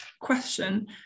question